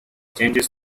changes